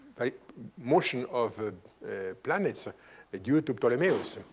motion of ah planets ah ah due to ptolemaeus.